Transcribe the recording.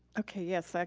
okay, yes, like